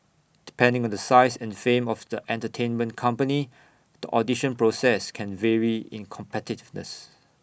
depending on the size and fame of the entertainment company the audition process can very in competitiveness